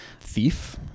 thief